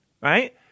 Right